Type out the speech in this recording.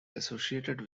associated